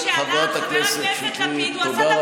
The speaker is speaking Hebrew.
חברת הכנסת שטרית, אני מבין שאת עונה לו.